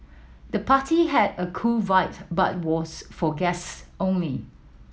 the party had a cool vibe but was for guests only